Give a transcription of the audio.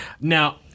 Now